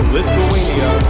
Lithuania